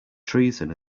treason